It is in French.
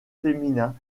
féminin